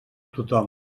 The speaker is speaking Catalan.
tothom